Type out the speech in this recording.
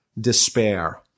despair